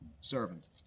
servant